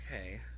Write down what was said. okay